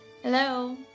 Hello